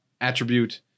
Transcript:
attribute